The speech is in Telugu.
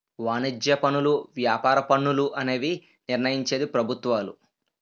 వాణిజ్య పనులు వ్యాపార పన్నులు అనేవి నిర్ణయించేది ప్రభుత్వాలు